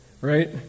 right